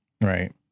Right